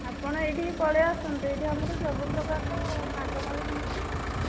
ଆପଣ ଏହିଠିକି ପଳେଇ ଆସନ୍ତୁ ଏଠି ଆମର ସବୁ ପ୍ରକାରର ମାଗଣାରେ ମିଳୁଛି